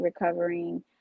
recovering